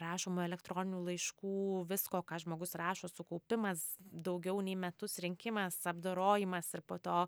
rašomų elektroninių laiškų visko ką žmogus rašo sukaupimas daugiau nei metus rinkimas apdorojimas ir po to